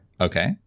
Okay